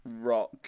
rock